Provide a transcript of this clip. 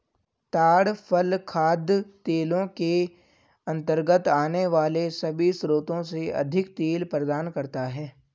ताड़ फल खाद्य तेलों के अंतर्गत आने वाले सभी स्रोतों से अधिक तेल प्रदान करता है